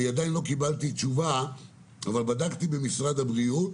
עדיין לא קיבלתי תשובה, אבל בדקתי במשרד הבריאות